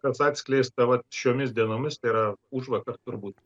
kas atskleista vat šiomis dienomis tai yra užvakar turbūt